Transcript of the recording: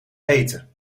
eten